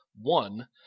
one